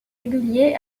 réguliers